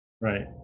Right